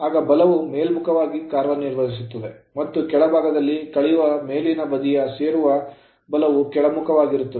ಆಗ ಬಲವು ಮೇಲ್ಮುಖವಾಗಿ ಕಾರ್ಯನಿರ್ವಹಿಸುತ್ತದೆ ಮತ್ತು ಕೆಳಭಾಗದಲ್ಲಿ ಕಳೆಯುವ ಮೇಲಿನ ಬದಿಯ ಸೇರುವ ಬಲವು ಕೆಳಮುಖವಾಗಿರುತ್ತದೆ